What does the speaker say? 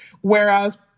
whereas